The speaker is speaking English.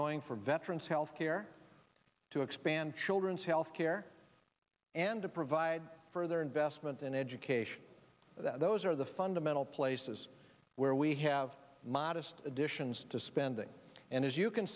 going for veterans health care to expand children's health care and to provide further investment in education that those are the fundamental places where we have modest additions to spending and as you can